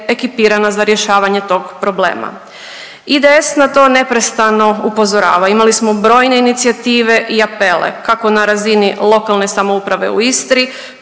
ekipirana za rješavanje tog problema. IDS na to neprestano upozorava, imali smo brojne inicijative i apele kako na razini lokalne samouprave u Istri,